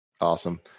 Awesome